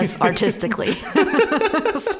artistically